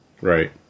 Right